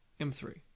M3